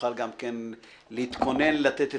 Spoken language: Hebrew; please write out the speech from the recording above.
תוכל להתכונן לענות את התשובות.